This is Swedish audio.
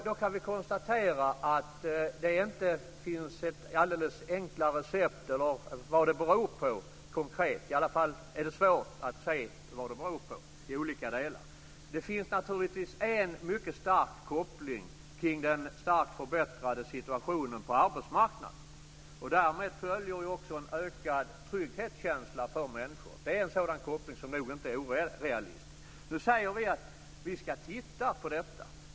Då kan vi konstatera att det är svårt att se vad det konkret beror på i olika delar. Det finns naturligtvis en mycket stark koppling till den starkt förbättrade situationen på arbetsmarknaden. Därmed följer också en ökad trygghetskänsla för människor. Det är en sådan koppling som nog inte är orealistisk. Nu säger vi att vi ska titta på detta.